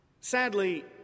Sadly